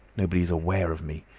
nobody was aware of me.